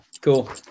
Cool